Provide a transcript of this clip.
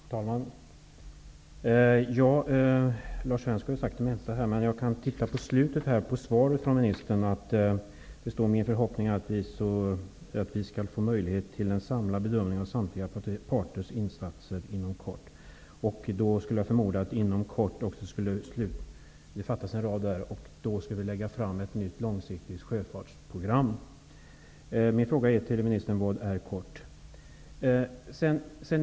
Herr talman! Lars Svensk har sagt det mesta i detta sammanhang. Men i slutet av ministerns svar står det: ''Min förhoppning är att vi skall få möjlighet till en samlad bedömning av samtliga parters insatser inom kort.'' Jag förmodar att det fattas en rad där och att meningen skulle avslutas med: och då skall vi lägga fram ett nytt långsiktigt sjöfartsprogram. Min fråga till ministern är: Vad är inom kort?